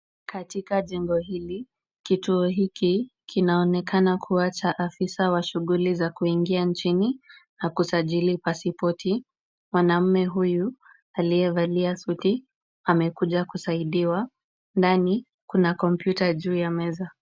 Katika jengo hili kituo hiki kinaonekana kuwa cha afisa wa shughuli za kuingia nchini na kusajili pasipoti. Mwanaume huyu aliyevalia suti amekuja kusaidiwa. Ndani kuna kompyuta juu ya meza.